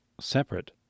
separate